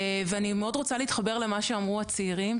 ואני מאוד רוצה להתחבר למה שאמרו הצעירים,